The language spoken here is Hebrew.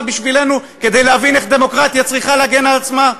בשבילנו כדי להבין איך דמוקרטיה צריכה להגן על עצמה?